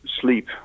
sleep